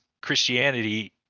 Christianity